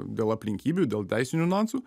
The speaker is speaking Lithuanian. dėl aplinkybių dėl teisinių niuansų